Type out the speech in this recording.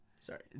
Sorry